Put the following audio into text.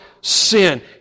sin